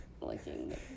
looking